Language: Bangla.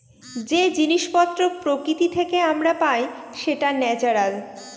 যে জিনিস পত্র প্রকৃতি থেকে আমরা পাই সেটা ন্যাচারাল